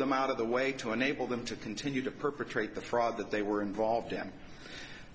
them out of the way to enable them to continue to perpetrate the fraud that they were involved in